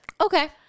Okay